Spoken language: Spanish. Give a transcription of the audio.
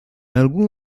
algún